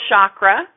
chakra